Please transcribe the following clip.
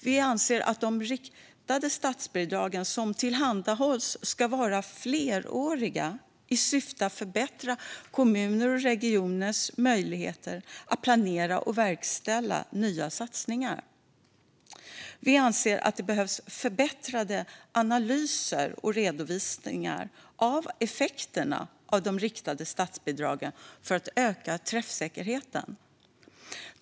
Vi anser också att de riktade statsbidrag som tillhandahålls ska vara fleråriga i syfte att förbättra kommuners och regioners möjligheter att planera och verkställa nya satsningar. Vi anser vidare att det behövs förbättrade analyser och redovisningar av effekterna av de riktade statsbidragen för att öka träffsäkerheten.